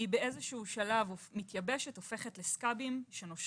באיזשהו שלב היא מתייבשת, הופכת ל-scab שנושר.